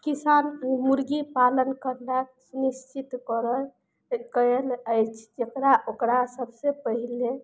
किसान उ मुर्गी पालन करना सुनिश्चित करल कयल अछि जकरा ओकरा सबसँ पहिले